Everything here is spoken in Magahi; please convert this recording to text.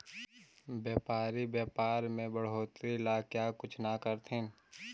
व्यापारी व्यापार में बढ़ोतरी ला क्या कुछ न करथिन